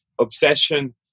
obsession